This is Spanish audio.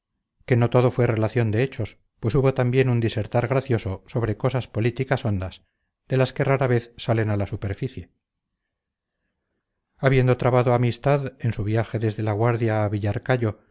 que no todo fue relación de hechos pues hubo también un disertar gracioso sobre cosas políticas hondas de las que rara vez salen a la superficie habiendo trabado amistad en su viaje desde la guardia